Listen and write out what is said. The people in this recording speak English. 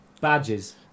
badges